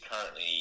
currently